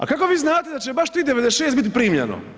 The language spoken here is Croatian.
A kako vi znate da će baš tih 96 biti primljeno?